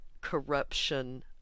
corruption